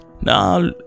now